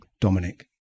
Dominic